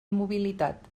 mobilitat